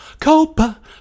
Copa